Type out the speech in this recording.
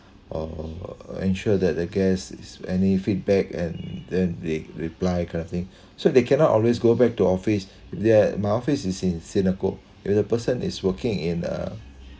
or ensure that the gas if any feedback and then re~ reply kind of thing so they cannot always go back to office that my office is in synagogue if the person is working in a